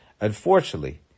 Unfortunately